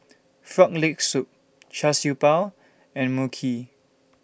Frog Leg Soup Char Siew Bao and Mui Kee